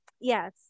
Yes